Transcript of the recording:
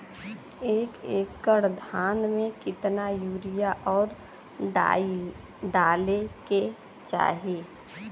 एक एकड़ धान में कितना यूरिया और डाई डाले के चाही?